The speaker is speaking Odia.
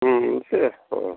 ଠିକ୍ ଅଛି ହଁ